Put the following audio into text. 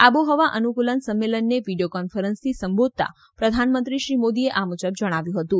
આબોહવા અનુકુલન સંમેલનને વીડિયો કોન્ફરન્સથી સંબોધતાં પ્રધાનમંત્રી શ્રી મોદીએ આ મુજબ જણાવ્યું હતું